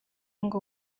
ngo